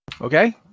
Okay